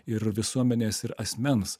ir visuomenės ir asmens